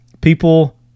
People